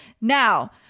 Now